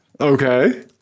Okay